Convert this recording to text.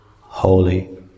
holy